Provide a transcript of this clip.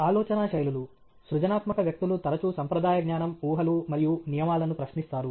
ఆలోచనా శైలులు సృజనాత్మక వ్యక్తులు తరచూ సంప్రదాయ జ్ఞానం ఊహలు మరియు నియమాలను ప్రశ్నిస్తారు